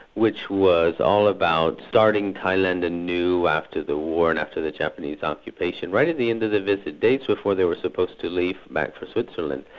which was all about starting thailand anew after the war and after the japanese occupation, right at the end of the visit, days before they were supposed to leave back for switzerland,